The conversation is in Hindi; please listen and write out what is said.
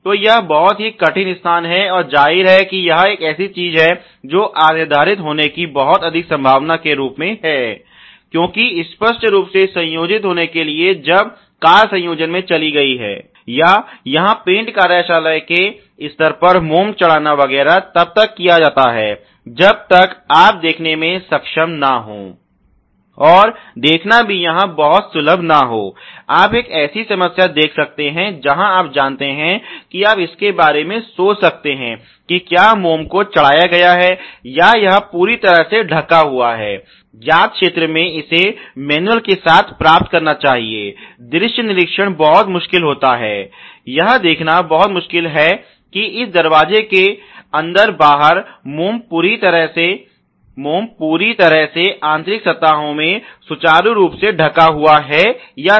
तो यह बहुत ही कठिन स्थान है और जाहिर है कि यह एक ऐसी चीज है जो अनिर्धारित होने की बहुत अधिक संभावना के रूप में है क्योंकि स्पष्ट रूप से संयोजित होने के लिए जब कार संयोजन में चली गई है या यहां पेंट कार्यशाला के स्तर पर मोम चढ़ाना वगैरह तब तक किया जाता है जब तक आप देखने में सक्षम न हों और देखना भी यहाँ बहुत सुलभ न हो आप एक ऐसी समस्या देख सकते हैं जहाँ आप जानते हैं कि आप इसके बारे में सोच सकते हैं कि क्या मोम को चढ़ाया गया है या यह पूरी तरह से ढका हुआ है ज्ञात क्षेत्र में इसे मैनुअल के साथ प्राप्त करना चाहिए दृश्य निरीक्षण बहुत मुश्किल होता है यह देखना बहुत मुश्किल है कि इस दरवाजे के अंदर बाहर मोम पूरी तरह से आंतरिक सतहों में सुचारू रूप से ढका हुआ है या नहीं